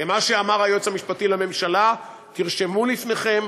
ומה שאמר היועץ המשפטי לממשלה, תרשמו לפניכם,